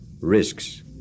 risks